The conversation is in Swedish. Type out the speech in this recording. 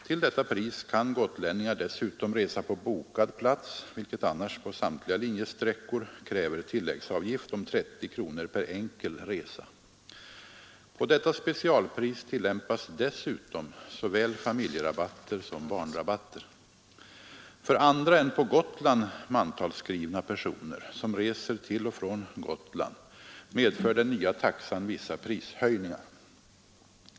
Till detta pris kan gotlänningar dessutom resa på bokad plats, vilket annars på samtliga linjesträckor kräver tilläggsavgift om 30 kronor per enkelresa. På detta specialpris tillämpas dessutom såväl familjerabatter som barnrabatter. För andra än på Gotland mantalsskrivna personer som reser till och från Gotland medför den nya taxan vissa prishöjningar.